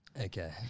Okay